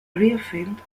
reaffirmed